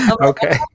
okay